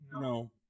No